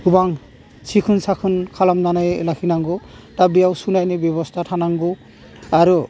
गोबां सिखोन साखोन खालामनानै लाखिनांगौ दा बेयाव सुनायनि बेबस्था थानांगौ आरो